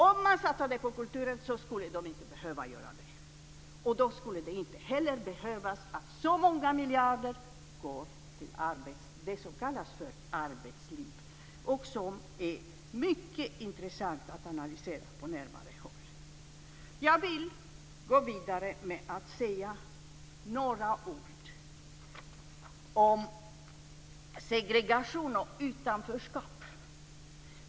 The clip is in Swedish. Om man satsade på kulturen skulle de inte behöva göra det, och då skulle det inte heller behövas att så många miljarder går till det som kallas för arbetsliv - också det mycket intressant att analysera på närmare håll. Jag vill gå vidare med att säga några ord om segregation och utanförskap.